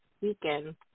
weekend